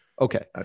Okay